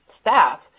staff